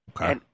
Okay